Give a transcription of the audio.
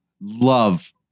love